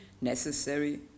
necessary